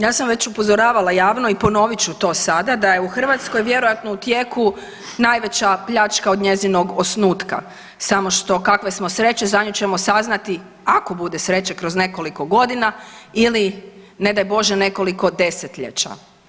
Ja sam već upozoravala javno i ponovit ću to sada da je u Hrvatskoj vjerojatno u tijeku najveća pljačka od njezinog osnutka samo što kakve smo sreće za nju ćemo saznati ako bude sreće kroz nekoliko godina ili ne daj Bože nekoliko 10-ljeća.